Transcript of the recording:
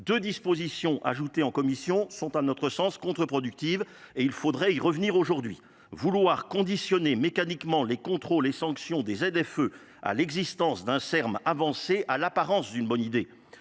Deux dispositions ajoutées en commission sont à notre sens contreproductives et il faudrait y revenir aujourd'hui vouloir conditionner mécaniquement les contrôles et les sanctions des f eu à l'existence d'un serme avancé à l'apparence d'une bonne idée